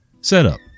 Setup